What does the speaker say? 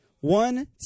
One